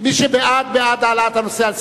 מי שבעד, בעד העלאת הנושא על סדר-היום.